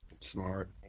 Smart